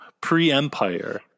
pre-Empire